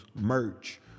merch